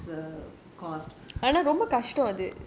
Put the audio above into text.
ten dollars is that is a cost